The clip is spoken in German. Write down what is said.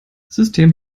system